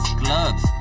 gloves